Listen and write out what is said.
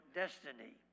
destiny